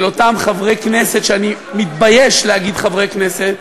אותם חברי כנסת שאני מתבייש להגיד עליהם "חברי כנסת",